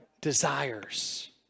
desires